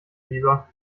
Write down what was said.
lieber